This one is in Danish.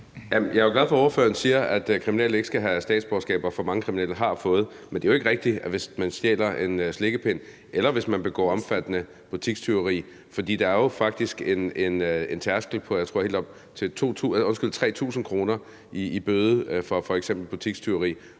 jeg er jo glad for, ordføreren siger, at kriminelle ikke skal have statsborgerskab, og at for mange kriminelle har fået det. Men det er jo ikke rigtigt, at det er en forhindring, hvis man stjæler en slikkepind, eller hvis man begår omfattende butikstyveri, for der er jo faktisk en tærskel på – tror jeg – helt op til 3.000 kr. i bøde for f.eks. butikstyveri.